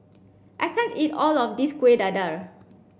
I can't eat all of this Kueh Dadar